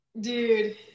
Dude